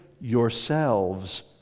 yourselves